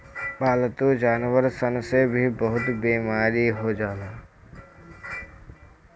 पालतू जानवर सन से भी बहुते बेमारी हो जाला